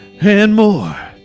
and more.